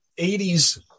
80s